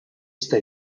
esta